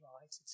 right